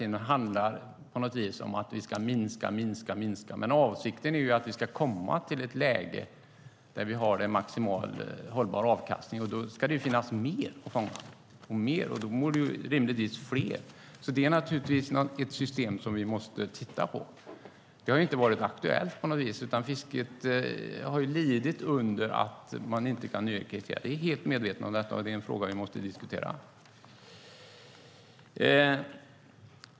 Det handlar hela tiden om att vi ska minska och minska. Avsikten är dock att vi ska komma till ett läge där vi har en maximalt hållbar avkastning, och då ska det ju finnas mer att fånga och rimligtvis också fler som gör det. Det är naturligtvis ett system som vi måste titta på. Detta har på något sätt inte varit aktuellt. Fisket har lidit av att man inte kan öka det. Jag är helt medveten om det, och det är en fråga vi måste diskutera.